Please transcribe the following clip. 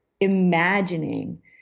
imagining